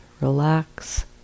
relax